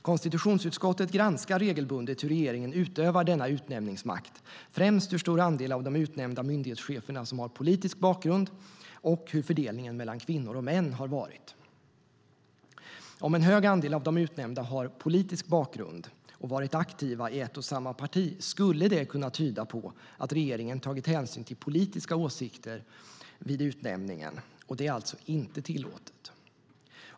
Konstitutionsutskottet granskar regelbundet hur regeringen utövar denna utnämningsmakt, främst hur stor andel av de utnämnda myndighetscheferna som har politisk bakgrund och hur fördelningen mellan kvinnor och män har varit. Om en stor andel av de utnämnda har politisk bakgrund och de har varit aktiva i ett och samma parti skulle det kunna tyda på att regeringen tagit hänsyn till politiska åsikter vid utnämningen, vilket inte är tillåtet.